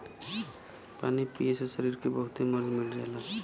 पानी पिए से सरीर के बहुते मर्ज मिट जाला